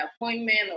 appointment